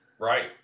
Right